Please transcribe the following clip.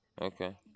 Okay